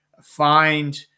find